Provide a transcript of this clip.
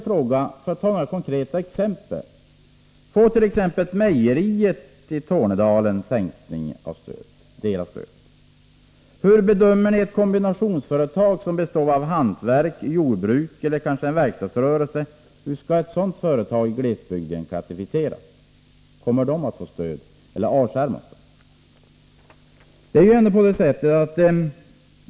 För att ta några konkreta exempel vill jag fråga: Fårt.ex. mejerier i Tornedalen stödet sänkt? Hur bedömer ni ett kombinationsföretag som består av hantverk och jordbruk eller kanske verkstadsrörelse — hur skall ett sådant företag i glesbygden klassificeras? Kommer det att få stöd eller avskärmas från stödet?